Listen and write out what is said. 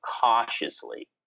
cautiously